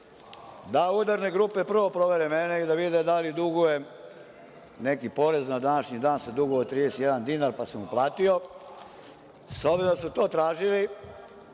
da udarne grupe prvo provere mene i da vide da li dugujem neki porez, na današnji dan sam dugovao 31 dinar pa sam uplatio. S obzirom da su to tražili,